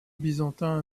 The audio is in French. byzantin